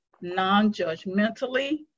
non-judgmentally